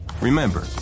Remember